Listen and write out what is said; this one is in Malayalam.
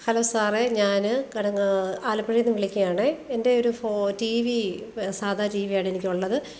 ഹലോ സാറേ ഞാൻ കെടങ്ങാ ആലപ്പുഴയിൽനിന്ന് വിളിയ്ക്കുകയാണേ എന്റെ ഒരു ടീ വീ സാധാ ടീ വിയാണ് എനിക്കുള്ളത്